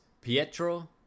Pietro